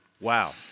Wow